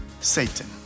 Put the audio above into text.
Satan